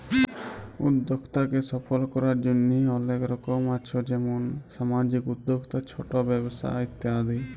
উদ্যক্তাকে সফল করার জন্হে অলেক রকম আছ যেমন সামাজিক উদ্যক্তা, ছট ব্যবসা ইত্যাদি